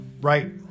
Right